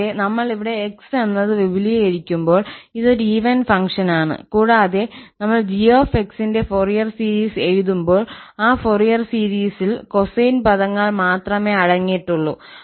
കൂടാതെ നമ്മൾ ഇവിടെ 𝑥 എന്നത് വിപുലീകരിക്കുമ്പോൾ ഇത് ഒരു ഈവൻ ഫംഗ്ഷനാണ് കൂടാതെ നമ്മൾ 𝑔𝑥 ന്റെ ഫൊറിയർ സീരീസ് എഴുതുമ്പോൾ ആ ഫൊറിയർ സീരീസിൽ കൊസൈൻ പദങ്ങൾ മാത്രമേ അടങ്ങിയിട്ടുള്ളൂ